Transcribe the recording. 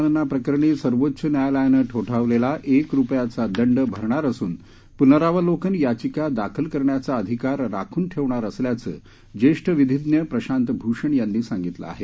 न्यायालय अवमानना प्रकरणी सर्वोच्च न्यायालयानं ठोठावलेला एक रुपया दंड भरणार असून पूनरावलोकन याचिका दाखल करण्याचा अधिकार राखून ठेवणार असल्याचं ज्येष्ठ विधीज्ञ प्रशांत भूषण यांनी सांगितलं आहे